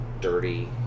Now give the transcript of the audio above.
dirty